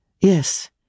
Yes